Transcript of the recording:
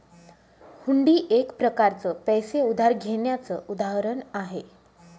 हुंडी एक प्रकारच पैसे उधार घेण्याचं उदाहरण आहे